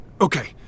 okay